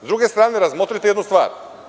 Sa druge strane, razmotrite jednu stvar.